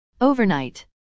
Overnight